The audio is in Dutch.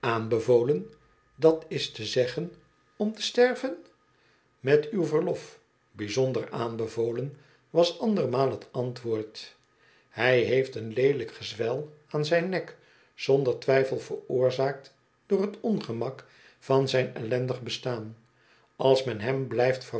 aanbevolen dat is te zeggen om te sterven met uw verlof bijzonder aanbevolen was andermaal t antwoord hij heeft een leelijk gezwel aan zijn nek zonder twijfel veroorzaakt door t ongemak van zijn ellendig bestaan als men hem blijft